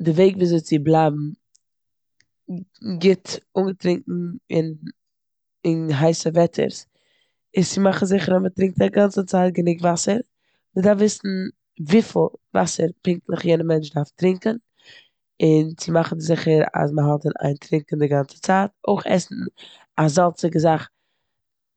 די וועג וואזוי צו בלייבן גוט אנגעטרינקן און הייסע וועטערס, איז צו מאכן זיכער אז מ'טרינקט א גאנצן צייט גענוג וואסער. מ'דארף וויסן פונקטליך וויפיל וואסער פונקטליך יענע מענטש דארף טרינקען. און צו מאכן זיכער אז מ'האלט און איין טרינקען א גאנצן צייטץ אויך עסן א זאלצענע זאך,